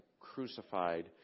crucified